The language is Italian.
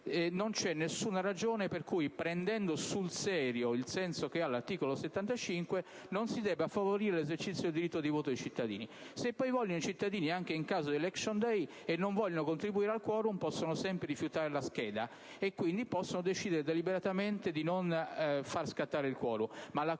Non c'è alcuna ragione per cui, prendendo sul serio il senso dell'articolo 75 della Costituzione, non si debba favorire l'esercizio del diritto di voto ai cittadini. Se poi i cittadini anche in caso di *election day* non vogliono contribuire al *quorum*, possono sempre rifiutare la scheda e quindi decidere deliberatamente di non far scattare il *quorum*.